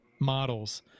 models